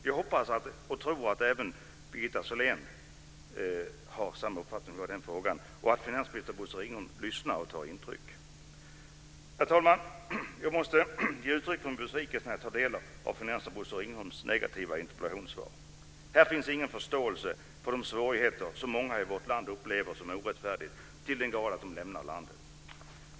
Jag hoppas och tror att Birgitta Sellén har samma uppfattning i den frågan och att finansminister Bosse Ringholm lyssnar och tar intryck. Herr talman! Jag måste ge uttryck för en besvikelse när jag tar del av finansminister Bosse Ringholms negativa interpellationssvar. Där finns ingen förståelse för de svårigheter som många i vårt land upplever som till den grad orättfärdiga att de lämnar landet.